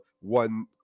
one